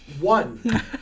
one